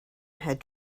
had